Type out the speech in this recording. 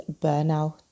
burnout